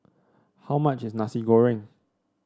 how much is Nasi Goreng